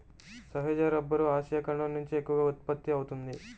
సహజ rubber Asia ఖండం నుంచే ఎక్కువగా ఉత్పత్తి అవుతోంది